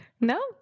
No